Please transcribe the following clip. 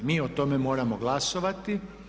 Mi o tome moramo glasovati.